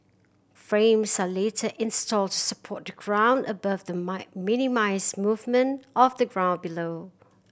frames are later installed to support the ground above the my minimise movement of the ground below